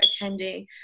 attending